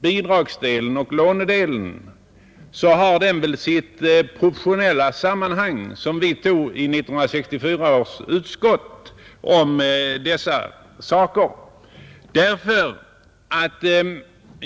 Bidragsdelen och lånedelen bör väl stå i viss proportion till varandra, vilket också 1964 års utskott ansåg.